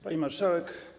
Pani Marszałek!